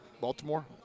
Baltimore